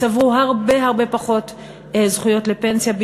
צברו הרבה פחות זכויות לפנסיה,